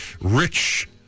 rich